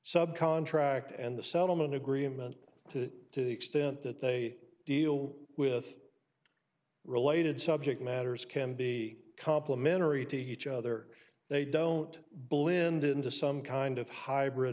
sub contract and the settlement agreement to the extent that they deal with related subject matters can be complimentary to each other they don't blend into some kind of hybrid